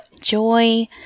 joy